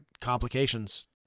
complications